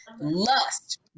Lust